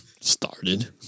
Started